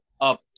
up